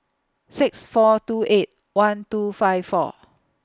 six four two eight one two five four